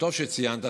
וטוב שציינת,